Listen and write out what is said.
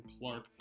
Clark